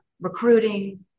recruiting